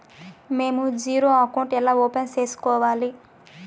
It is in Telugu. మేము జీరో అకౌంట్ ఎలా ఓపెన్ సేసుకోవాలి